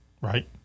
right